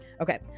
Okay